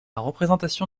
représentation